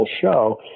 show